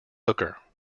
hooker